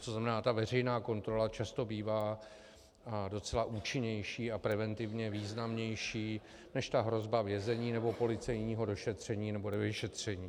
To znamená i veřejná kontrola často bývá docela účinnější a preventivně významnější než hrozba vězení nebo policejního došetření nebo dovyšetření.